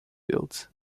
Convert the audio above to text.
fields